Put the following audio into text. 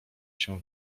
się